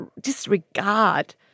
Disregard